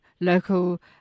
local